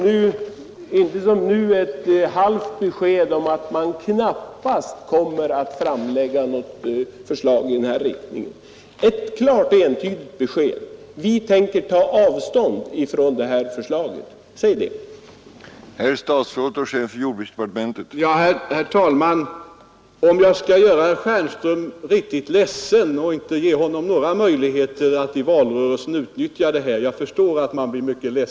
Nu har jag fått ett halvt besked, att man knappast kommer att framlägga något förslag i den här riktningen, men jag vill ha ett klart och entydigt besked att regeringen tänker ta avstånd ifrån förslaget. Säg det, herr jordbruksminister!